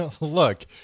Look